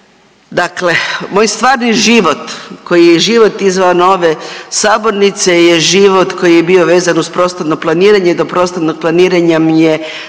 dakle moj stvarni život koji je život izvan ove sabornice je život koji je bio vezan uz prostorno planiranje, do prostornog planiranja mi je